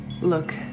look